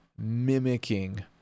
mimicking